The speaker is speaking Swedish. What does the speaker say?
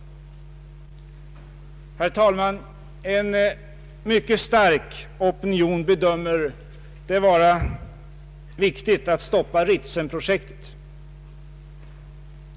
Herr talman! En mycket stark opinion bedömer det vara mycket viktigt att stoppa Ritsemprojektet.